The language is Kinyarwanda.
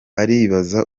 aribaza